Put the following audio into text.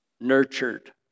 nurtured